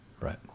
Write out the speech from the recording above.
Right